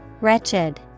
Wretched